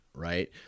right